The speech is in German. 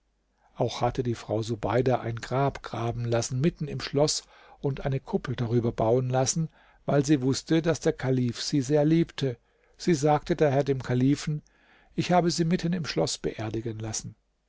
auch hatte die frau subeida ein grab graben lassen mitten im schloß und eine kuppel darüber bauen lassen weil sie wußte daß der kalif sie sehr liebte sie sagte daher dem kalifen ich habe sie mitten im schloß beerdigen lassen